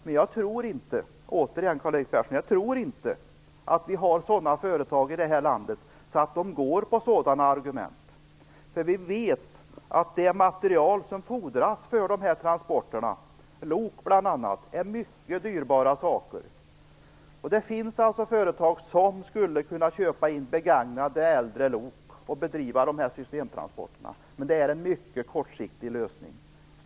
Men jag tror inte, Karl-Erik Persson, att vi har sådana företag i det här landet att de använder sådana argument. Vi vet att det material som fordras för de här transporterna - lok bl.a. - är mycket dyrbara saker. Det finns alltså företag som skulle kunna köpa in begagnade, äldre lok och bedriva systemtransporter, men det är en mycket kortsiktig lösning.